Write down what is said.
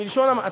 בלשון המעטה.